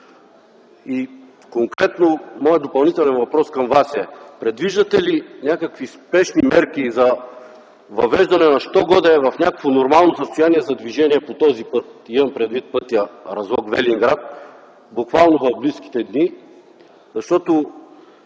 Конкретно моят допълнителен въпрос към Вас е: предвиждате ли някакви спешни мерки за въвеждане на що-годе в някакво нормално състояние за движение този път – имам предвид пътя Разлог-Велинград, буквално в близките дни? От